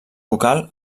bucal